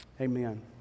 amen